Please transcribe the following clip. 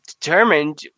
determined